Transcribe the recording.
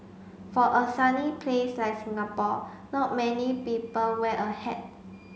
for a sunny place like Singapore not many people wear a hat